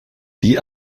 die